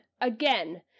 again